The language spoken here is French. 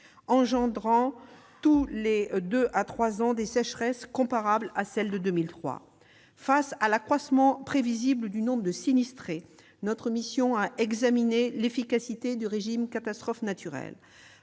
engendrant, tous les deux à trois ans, des sécheresses comparables à celle de 2003. Devant l'accroissement prévisible du nombre de sinistrés, notre mission a examiné l'efficacité du régime d'indemnisation des